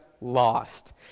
lost